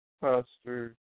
pastor